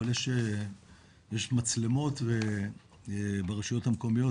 אבל יש מצלמות ברשויות המקומיות,